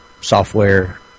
software